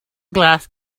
glass